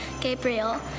Gabriel